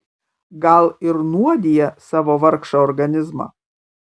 gal ir nuodija savo vargšą organizmą